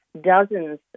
dozens